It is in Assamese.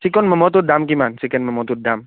চিকেন মম'টো দাম কিমান চিকেন মম'টো দাম